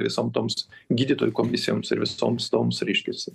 visom toms gydytojų komisijoms ir visoms toms reiškiasi